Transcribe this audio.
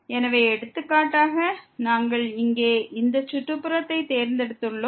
எனவே எடுத்துக்காட்டாக நாங்கள் இங்கே இந்த சுற்றுப்புறத்தை தேர்ந்தெடுத்துள்ளோம்